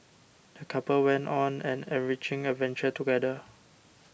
the couple went on an enriching adventure together